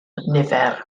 nifer